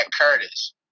Curtis